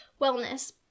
wellness